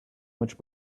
much